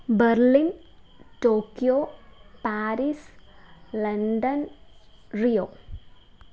ബർലിന് Tokyo Paris London Rio